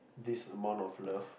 this amount of love